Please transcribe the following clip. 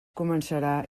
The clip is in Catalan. començarà